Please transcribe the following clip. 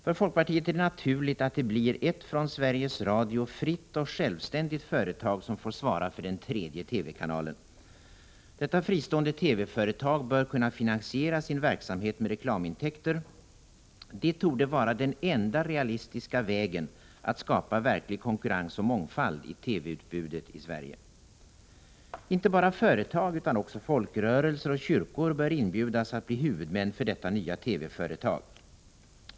För folkpartiet är det naturligt att det blir ett från Sveriges Radio fritt och självständigt företag som får svara för den tredje TV-kanalen. Detta fristående TV-företag bör kunna finansiera sin verksamhet med reklamintäkter. Detta torde vara den enda realistiska vägen att skapa verklig konkurrens och mångfald i TV-utbudet i Sverige. Inte bara företag utan också folkrörelser och kyrkor bör inbjudas att bli huvudmän för detta nya TV-företag.